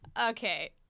Okay